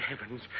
heavens